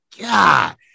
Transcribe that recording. God